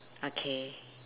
okay